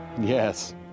Yes